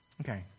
Okay